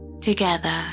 Together